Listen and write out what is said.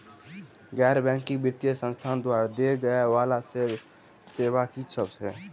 गैर बैंकिंग वित्तीय संस्थान द्वारा देय जाए वला सेवा की सब है?